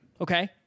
Okay